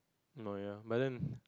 no ya but then